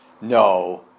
no